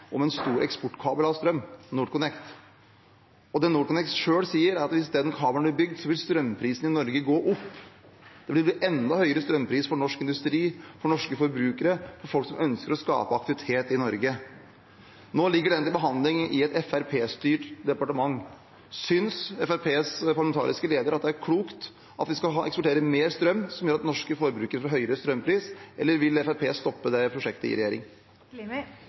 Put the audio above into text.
om en eksportkabel av strøm, NorthConnect. Det NorthConnect selv sier, er at hvis den kabelen blir bygd, vil strømprisene i Norge gå opp. Det vil bli enda høyere strømpriser for norsk industri, for norske forbrukere og folk som ønsker å skape aktivitet i Norge. Nå ligger den til behandling i et Fremskrittsparti-styrt departement. Synes Fremskrittspartiets parlamentariske leder at det er klokt at vi skal eksportere mer strøm, som gjør at norske forbrukere får høyere strømpris? Eller vil Fremskrittspartiet i regjering stoppe det prosjektet?